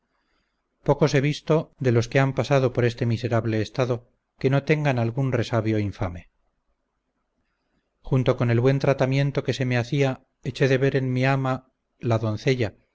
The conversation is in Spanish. pocos he visto de los que han pasado por este miserable estado que no tengan algún resabio infame junto con el buen tratamiento que se me hacia eché de ver en mi ama la doncella